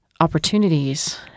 opportunities